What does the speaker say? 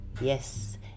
yes